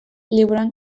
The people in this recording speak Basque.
liburuan